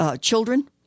children